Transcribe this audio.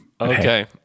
Okay